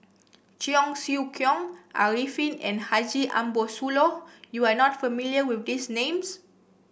Cheong Siew Keong Arifin and Haji Ambo Sooloh you are not familiar with these names